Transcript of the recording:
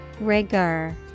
Rigor